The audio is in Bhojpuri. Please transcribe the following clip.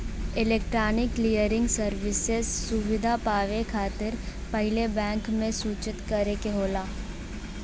इलेक्ट्रॉनिक क्लियरिंग सर्विसेज सुविधा पावे खातिर पहिले बैंक के सूचित करे के होला